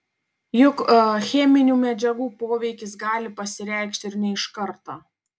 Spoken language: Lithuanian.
juk cheminių medžiagų poveikis gali pasireikšti ir ne iš karto